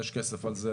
יש כסף על זה,